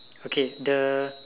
okay the